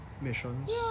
missions